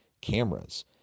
cameras